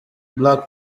black